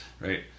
right